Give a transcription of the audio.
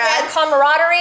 camaraderie